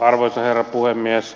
arvoisa herra puhemies